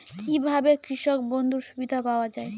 কি ভাবে কৃষক বন্ধুর সুবিধা পাওয়া য়ায়?